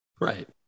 Right